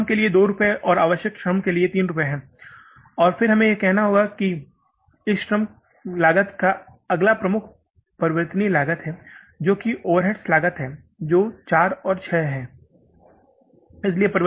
तो यह श्रम के लिए 2 रुपये और आवश्यक श्रम के लिए 3 रुपये है और फिर हमें यह कहना होगा कि इस लागत का अगला प्रमुख परिवर्तनीय लागत है जो ओवरहेड लागत है जो 4 और 6 है